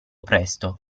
presto